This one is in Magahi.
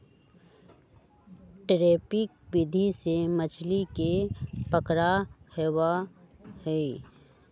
ट्रैपिंग विधि से मछली के पकड़ा होबा हई